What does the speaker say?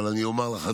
אבל אני אומר לך,